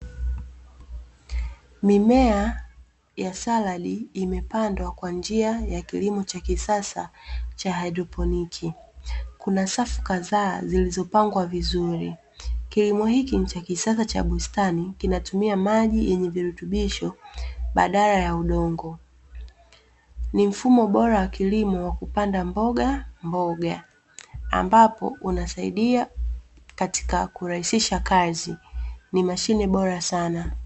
Mimea ya saladi imepandwa kwa njia ya kilimo cha kisasa cha hydroponiki; kuna safu kadhaa zilizopangwa vizuri. Kilimo hiki ni cha kisasa cha bustani kinatumia maji yenye virutubisho badala ya udongo. Ni mfumo bora wa kilimo wa kupanda mbogamboga ambapo unasaidia katika kurahisisha kazi ni mashine bora sana.